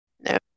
no